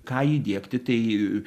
ką įdiegti tai